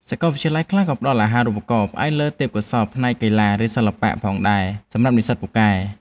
សាកលវិទ្យាល័យខ្លះក៏ផ្តល់អាហារូបករណ៍ផ្អែកលើទេពកោសល្យផ្នែកកីឡាឬសិល្បៈផងដែរសម្រាប់និស្សិតពូកែ។